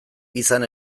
izan